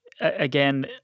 Again